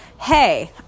hey